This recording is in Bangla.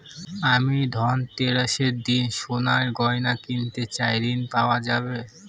আমি ধনতেরাসের দিন সোনার গয়না কিনতে চাই ঝণ পাওয়া যাবে?